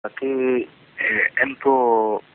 אחי, אין פה...